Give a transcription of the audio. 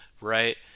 Right